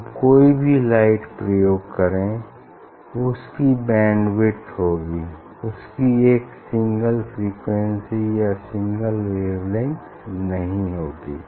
हम कोई भी लाइट प्रयोग करें उसकी बैंड विड्थ होगी उसकी एक सिंगल फ्रीक्वेंसी या सिंगल वेवलेंग्थ नहीं होगी